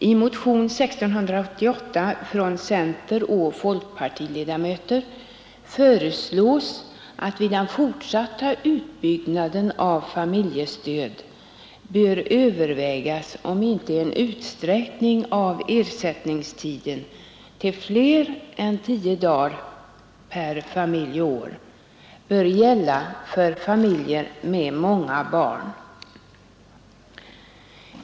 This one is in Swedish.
I motionen 1688 från centeroch folkpartiledamöter föreslås att vid den fortsatta utbyggnaden av familjestöd bör övervägas om inte en utsträckning av ersättningstiden till fler än tio dagar per familj och år bör gälla för familjer med många barn.